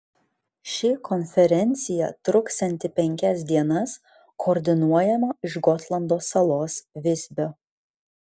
ši konferencija truksianti penkias dienas koordinuojama iš gotlando salos visbio